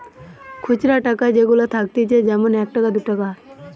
খুচরা টাকা যেগুলা থাকতিছে যেমন এক টাকা, দু টাকা